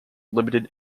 limited